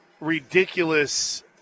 ridiculous